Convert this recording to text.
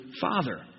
father